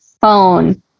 phone